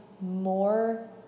more